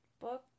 book